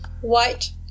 white